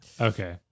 Okay